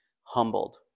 humbled